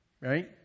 Right